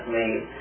made